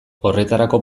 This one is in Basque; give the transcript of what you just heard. horretarako